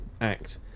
act